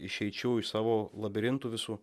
išeičių iš savo labirintų visų